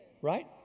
Right